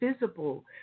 visible